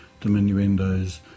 diminuendos